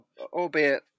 albeit